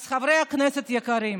אז חברי הכנסת היקרים,